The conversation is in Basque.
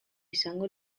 izango